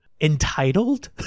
entitled